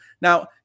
Now